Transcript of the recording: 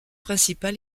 principal